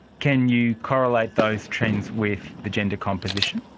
can you correlate those trends with the gender composition?